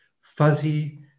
fuzzy